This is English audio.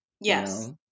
Yes